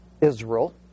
Israel